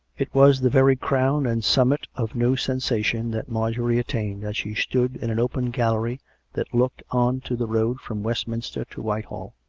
it was the very crown and summit of new sensation that marjorie attained as she stood in an open gallery that looked on to the road from westminster to whitehall.